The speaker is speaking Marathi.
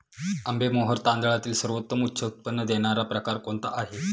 आंबेमोहोर तांदळातील सर्वोत्तम उच्च उत्पन्न देणारा प्रकार कोणता आहे?